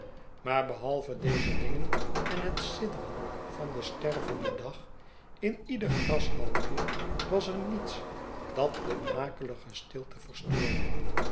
maar behalve deze dingen en het sidderen van den stervenden dag in ieder grashalmpje was er niets dat de akelige stilte verstoorde